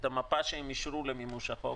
את המפה שהם אישרו למימוש החוק